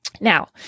Now